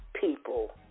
people